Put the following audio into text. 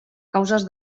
causes